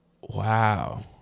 Wow